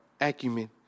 acumen